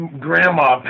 grandma